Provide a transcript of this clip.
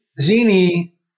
Zini